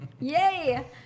Yay